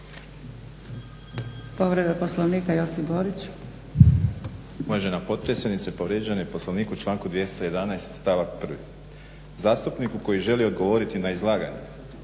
Povreda Poslovnika, Josip Borić. **Borić, Josip (HDZ)** Uvažena potpredsjednice, povrijeđen je Poslovnik u članku 211. stavak 1. Zastupniku koji želi odgovoriti na izlaganje,